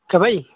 کوئی